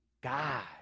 God